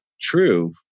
true